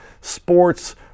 sports